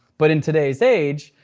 but in today's age,